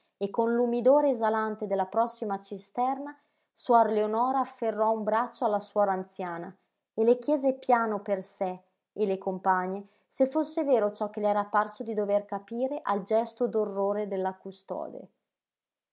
e con l'umidore esalante della prossima cisterna suor leonora afferrò un braccio alla suora anziana e le chiese piano per sé e le compagne se fosse vero ciò che le era parso di dover capire al gesto d'orrore della custode